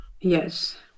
yes